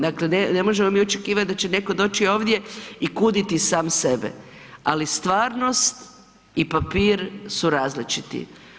Dakle ne možemo mi očekivat da će netko doći ovdje i kuditi sam, ali stvarnost i papir su različiti.